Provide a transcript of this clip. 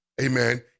amen